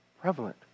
prevalent